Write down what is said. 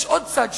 יש עוד צד שלך,